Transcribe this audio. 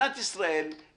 דרך אגב, מדינת ישראל היא